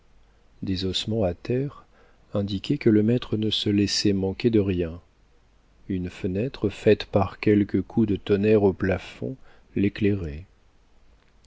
des ossements à terre indiquaient que le maître ne se laissait manquer de rien une fenêtre faite par quelque coup de tonnerre au plafond